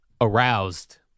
aroused